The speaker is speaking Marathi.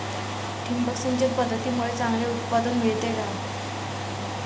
ठिबक सिंचन पद्धतीमुळे चांगले उत्पादन मिळते का?